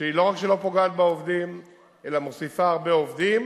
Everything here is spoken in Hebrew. שהיא לא רק שלא פוגעת בעובדים אלא מוסיפה הרבה עובדים,